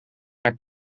haar